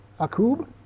Akub